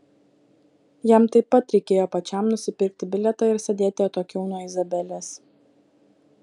jam taip pat reikėjo pačiam nusipirkti bilietą ir sėdėti atokiau nuo izabelės